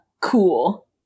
Cool